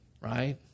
right